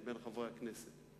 מבין חברי הכנסת,